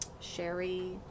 Sherry